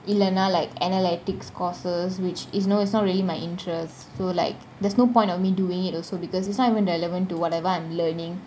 இல்லனா :illana like analytics courses which is no it's not really my interest so like there's no point of me doing it also because it's not even relevant to whatever I'm learning